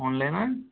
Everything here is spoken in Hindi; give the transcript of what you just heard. फोन लेना है